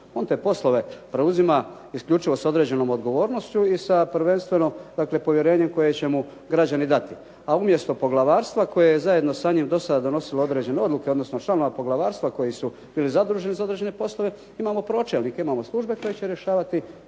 On te poslove preuzima isključivo s određenom odgovornošću i sa prvenstveno povjerenjem koje će mu građani dati, a umjesto poglavarstva koje je zajedno sa njim donosilo određene odluke, odnosno članova poglavarstva koji su bili zaduženi za određene poslove imamo pročelnike, imamo službe koje će rješavati